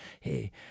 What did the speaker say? Hey